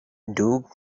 doug